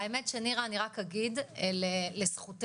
האמת שנירה, אני רק אגיד לזכותך,